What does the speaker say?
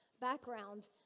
background